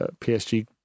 psg